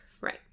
Right